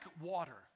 water